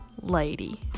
Lady